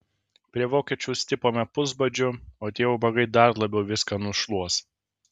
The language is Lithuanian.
prie vokiečių stipome pusbadžiu o tie ubagai dar labiau viską nušluos